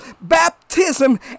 baptism